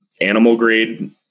animal-grade